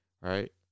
right